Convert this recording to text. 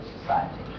society